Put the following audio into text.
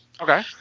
Okay